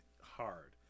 hard